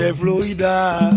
Florida